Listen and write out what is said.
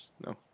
No